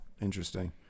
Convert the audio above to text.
interesting